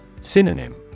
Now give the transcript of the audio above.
Synonym